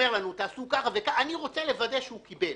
אומר לנו: תעשו ככה וככה כי אני רוצה לוודא שהוא קיבל,